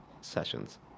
sessions